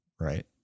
right